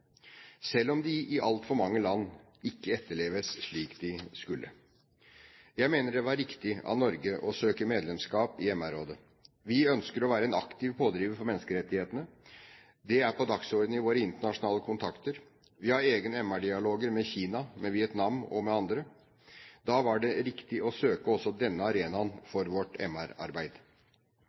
selv om de i altfor mange land ikke etterleves slik de skulle. Jeg mener det var riktig av Norge å søke medlemskap i MR-rådet. Vi ønsker å være en aktiv pådriver for menneskerettighetene. Det er på dagsordenen i våre internasjonale kontakter. Vi har egne MR-dialoger med Kina, Vietnam og andre. Da var det riktig å søke også denne arenaen for vårt